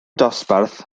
dosbarth